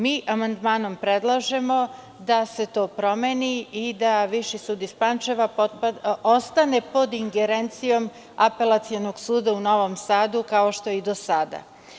Mi amandmanom predlažemo da se to promeni, i da Viši sud iz Pančeva ostane pod ingerencijom Apelacionog suda u Novom Sadu, kao što je i do sada.